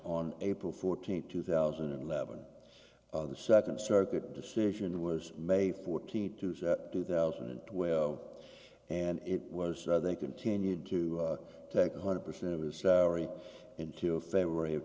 on april fourteenth two thousand and eleven the second circuit decision was made a fourteen two thousand and twelve and it was so they continued to take a hundred percent of his salary until february of